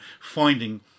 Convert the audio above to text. finding